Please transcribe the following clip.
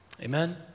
Amen